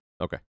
Okay